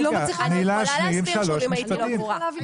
תני להשלים שלושה משפטים.